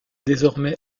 désormais